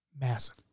massive